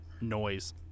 noise